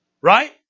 Right